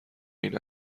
این